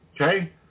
okay